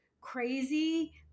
crazy